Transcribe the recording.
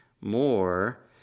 more